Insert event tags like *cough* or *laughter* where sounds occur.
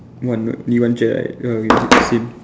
one only one chair right *noise* the same